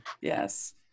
yes